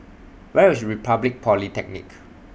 Where IS Republic Polytechnic